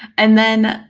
and then,